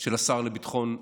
של השר לביטחון לאומי,